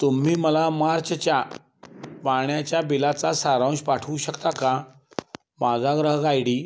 तुम्ही मला मार्चच्या पाण्याच्या बिलाचा सारांश पाठवू शकता का माझा ग्राहक आय डी